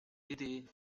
دیدی